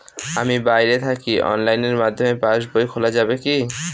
আমি বাইরে থাকি অনলাইনের মাধ্যমে পাস বই খোলা যাবে কি?